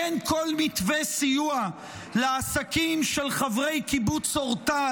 אין כל מתווה סיוע לעסקים של חברי קיבוץ אורטל,